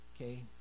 Okay